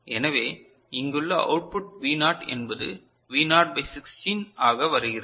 எனவே இங்குள்ள output V naught என்பது V நாட் பை 16 ஆக வருகிறது